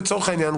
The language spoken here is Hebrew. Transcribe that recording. לצורך העניין,